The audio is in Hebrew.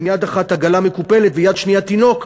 ביד אחת עגלה מקופלת וביד שנייה תינוק,